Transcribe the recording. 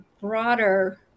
broader